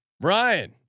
Brian